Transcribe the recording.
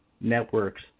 networks